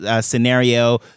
scenario